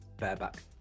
bareback